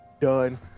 done